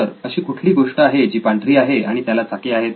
तर अशी कुठली गोष्ट आहे जी पांढरी आहे आणि त्याला चाके आहेत